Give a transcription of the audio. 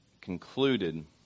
concluded